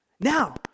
Now